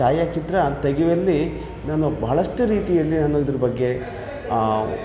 ಛಾಯಾಚಿತ್ರ ತೆಗೆವಲ್ಲಿ ನಾನು ಬಹಳಷ್ಟು ರೀತಿಯಲ್ಲಿ ನಾನು ಇದ್ರ ಬಗ್ಗೆ